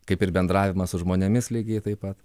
kaip ir bendravimas su žmonėmis lygiai taip pat